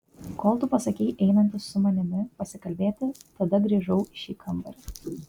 kol tu pasakei einantis su manimi pasikalbėti tada grįžau į šį kambarį